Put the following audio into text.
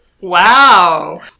Wow